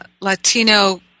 Latino